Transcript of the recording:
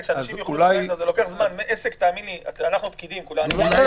שאנשים יוכלו --- אני הולך איתך.